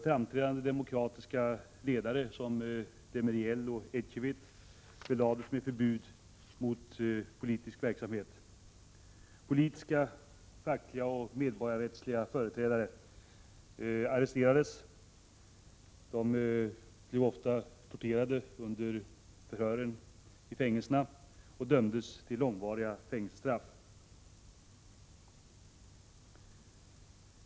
Framträdande demokratiska ledare som Demeriel och Ecevit belades med förbud mot att utöva politisk verksamhet. Politiska, fackliga och medborgarrättsliga företrädare arresterades. De blev ofta torterade under förhören och dömdes till långvariga fängelsestraff.